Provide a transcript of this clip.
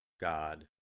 God